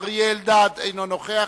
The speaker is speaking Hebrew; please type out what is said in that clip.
אריה אלדד אינו נוכח.